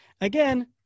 Again